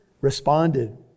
responded